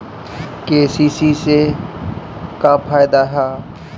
KCC से का फायदा ह?